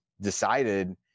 decided